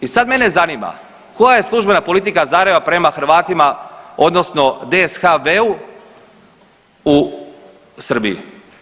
I sad mene zanima koja je službena politika Zagreba prema Hrvatima odnosno DSHV-u u Srbiji.